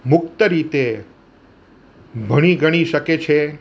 મુક્ત રીતે ભણી ગણી શકે છે